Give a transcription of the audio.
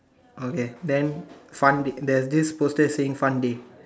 okay then fun day there's this poster saying fun day